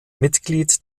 mitglied